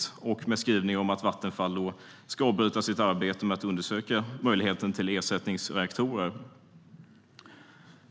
Det fanns även en skrivning om att Vattenfall skulle avbryta sitt arbete med att undersöka möjligheten till ersättningsreaktorer.